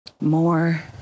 more